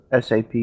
SAP